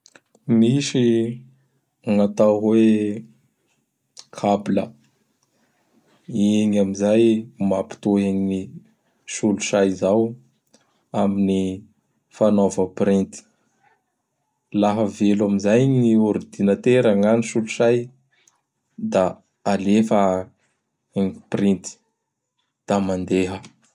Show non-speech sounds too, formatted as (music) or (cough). Misy gn'atao hoe ''kabla". Igny amin'izay mampitohy gn ny solosay izao amin'ny fanaova printy. Laha velo amin'izay gny ordinatera na gn solosay; da alefa gny printy. Da mandeha. (noise)